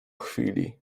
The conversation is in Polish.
chwili